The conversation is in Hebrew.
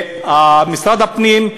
משרד הפנים,